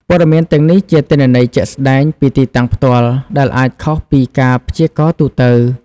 ព័ត៌មានទាំងនេះជាទិន្នន័យជាក់ស្តែងពីទីតាំងផ្ទាល់ ដែលអាចខុសពីការព្យាករណ៍ទូទៅ។